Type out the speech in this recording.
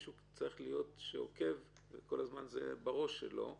צריך יהיה מישהו שעוקב אחרי זה ושזה יהיה כל הזמן בראש שלו,